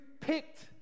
picked